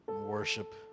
worship